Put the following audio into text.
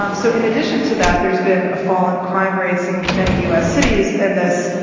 um so in addition to that, there's been a fall in crime rates in many u s. cities. and this,